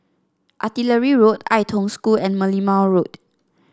Artillery Road Ai Tong School and Merlimau Road